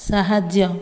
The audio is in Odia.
ସାହାଯ୍ୟ